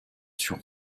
sur